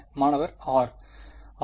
மாணவர் r அது r ஆ அல்லது r′